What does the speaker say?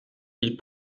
ils